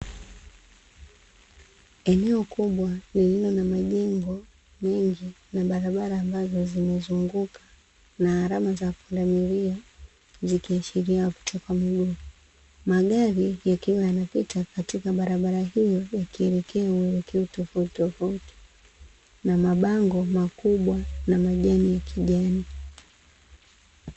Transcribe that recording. Eneo kubwa lililo na majengo mengi na barabara ambazo zimezunguka na alama za pundamilia, zikiashiria wapita kwa miguu. Magari yakiwa yanapita katika barabara hiyo yakielekea uelekeo tofautitofauti na mabango makubwa na majani ya kijani.